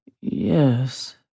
Yes